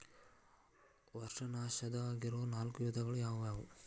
ವರ್ಷಾಶನದಾಗಿರೊ ನಾಲ್ಕು ವಿಧಗಳು ಯಾವ್ಯಾವು?